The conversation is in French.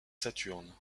saturne